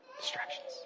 distractions